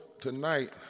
tonight